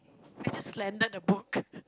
I just lended a book